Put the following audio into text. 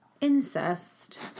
incest